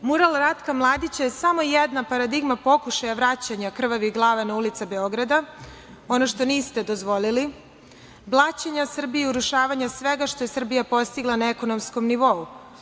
Mural Ratka Mladića je samo jedna paradigma pokušaja vraćanja krvavih glava na ulice Beograda, ono što niste dozvolili, blaćenja Srbije i urušavanja svega što je Srbija postigla na ekonomskom nivou.